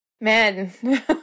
man